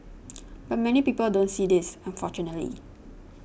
but many people don't see this unfortunately